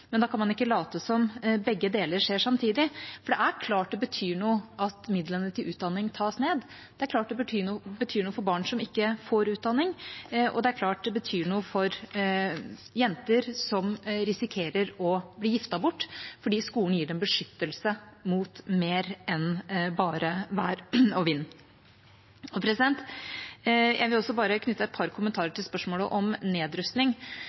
men da kan man ikke late som om begge deler skjer samtidig, for det er klart det betyr noe at midlene til utdanning tas ned. Det er klart det betyr noe for barn som ikke får utdanning, og det er klart det betyr noe for jenter som risikerer å bli giftet bort, for skolen gir dem beskyttelse mot mer enn bare vær og vind. Jeg vil også bare knytte et par kommentarer til spørsmålet om nedrustning,